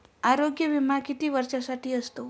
आरोग्य विमा किती वर्षांसाठी असतो?